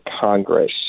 Congress